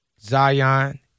Zion